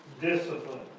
discipline